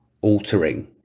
altering